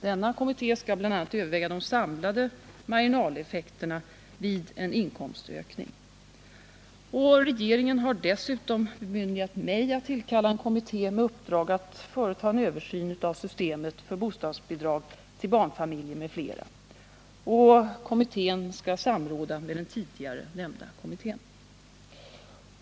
Denna kommitté skall bl.a. överväga de samlade marginaleffekterna vid en inkomstökning. Regeringen har dessutom bemyndigat mig att tillkalla en kommitté med uppdrag att företa en översyn av systemet för bostadsbidrag till barnfamiljer m.fl. Kommittén skall samråda med den tidigare nämnda kommittén.